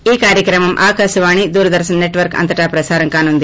ఈ కార్యక్రమం ఆకాశవాణి దూరదర్నస్ సెట్వర్క్ అంతటా ప్రసారం కానుంది